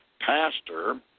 pastor